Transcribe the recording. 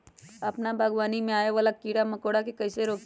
अपना बागवानी में आबे वाला किरा मकोरा के कईसे रोकी?